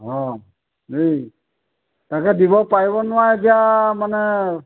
অঁ দেই তাকে দিব পাৰিব নে নোৱাৰে এতিয়া মানে